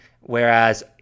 Whereas